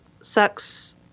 sucks